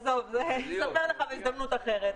אני אספר לך בהזדמנות אחרת.